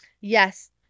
Yes